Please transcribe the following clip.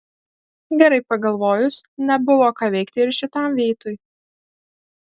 gerai pagalvojus nebuvo ką veikti ir šitam veitui